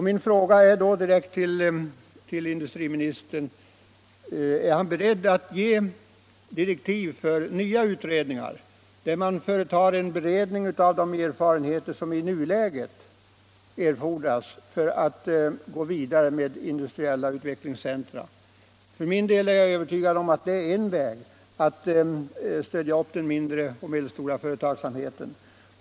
Min fråga till industriministern blir då: Är industriministern beredd att ge direktiv till en ny utredning att företa den beredning av erfarenheterna i nuläget som erfordras för att gå vidare med industriella utvecklingscentra? För min del är jag övertygad om att detta är en väg att stödja den mindre och medelstora företagsamheten.